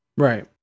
Right